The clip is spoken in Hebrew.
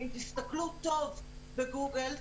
ואם תסתכלו טוב בגוגל,